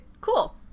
cool